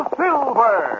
silver